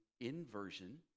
inversion